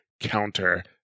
counter